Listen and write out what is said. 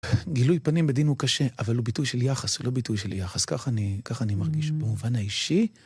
גילוי פנים בדין הוא קשה, אבל הוא ביטוי של יחס, הוא לא ביטוי של יחס, ככה אני מרגיש, במובן האישי.